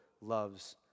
loves